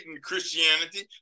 Christianity